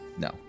No